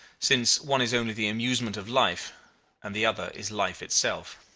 since one is only the amusement of life and the other is life itself.